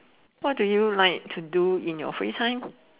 what do you like to do in your free time